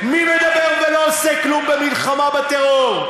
מי מדבר ולא עושה כלום במלחמה בטרור?